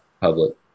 public